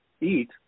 eat